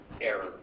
error